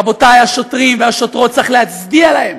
רבותיי, השוטרים והשוטרות, צריך להצדיע להם.